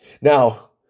Now